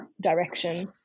direction